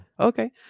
Okay